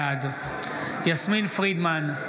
בעד יסמין פרידמן,